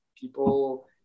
People